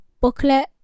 booklet